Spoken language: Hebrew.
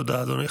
תודה, אדוני.